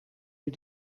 wie